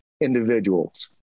individuals